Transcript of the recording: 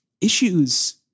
issues